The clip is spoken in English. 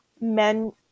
men